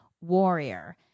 warrior